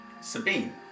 Sabine